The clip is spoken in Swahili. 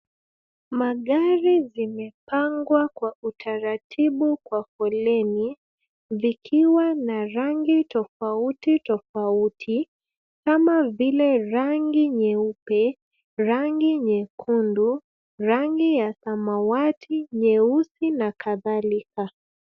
Magari zimepangwa kwa utaratibu kwa foleni vikiwa na rangi tofauti tofauti kama vile rangi nyeupe, rangi nyekundu, rangi ya samawati, nyeusi na kadhalika.